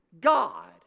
God